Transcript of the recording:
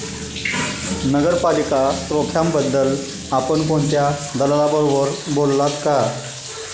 नगरपालिका रोख्यांबद्दल आपण कोणत्या दलालाबरोबर बोललात का?